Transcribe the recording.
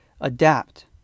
adapt